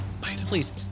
Please